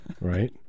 Right